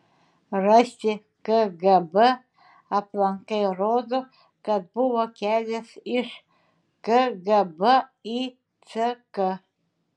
rasti kgb aplankai rodo kad buvo kelias iš kgb į ck